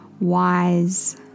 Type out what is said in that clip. wise